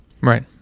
Right